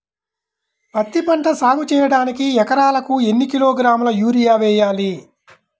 పత్తిపంట సాగు చేయడానికి ఎకరాలకు ఎన్ని కిలోగ్రాముల యూరియా వేయాలి?